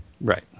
Right